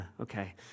okay